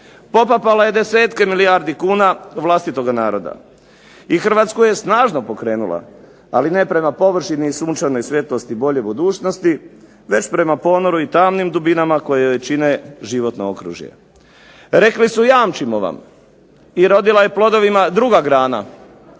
Popapala je desetke milijardi kuna vlastitoga naroda. I Hrvatsku je snažno pokrenula, ali ne prema površini i sunčanoj svetosti i boljoj budućnosti već prema ponoru i tamnim dubinama koje joj čine životno okružje. Rekli su jamčimo vam i rodila je plodovima druga grana.